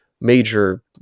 major